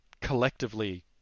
collectively